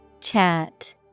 Chat